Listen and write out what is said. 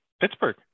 Pittsburgh